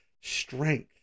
strength